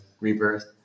Rebirth